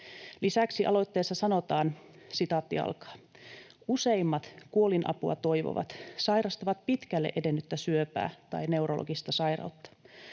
Lisäksi aloitteessa sanotaan: ”Useimmat kuolinapua toivovat sairastavat pitkälle edennyttä syöpää tai neurologista sairautta.